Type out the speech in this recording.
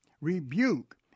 rebuke